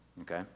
Okay